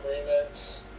agreements